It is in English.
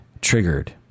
triggered